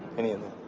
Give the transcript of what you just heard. any of them.